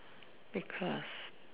because